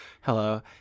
Hello